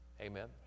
Amen